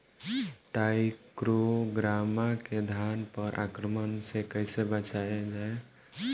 टाइक्रोग्रामा के धान पर आक्रमण से कैसे बचाया जाए?